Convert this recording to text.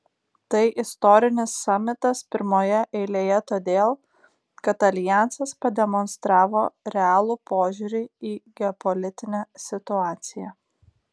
tai istorinis samitas pirmoje eilėje todėl kad aljansas pademonstravo realų požiūrį į geopolitinę situaciją